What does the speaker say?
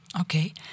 Okay